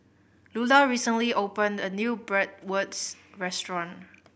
Lulla recently opened a new Bratwurst Restaurant